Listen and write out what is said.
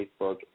Facebook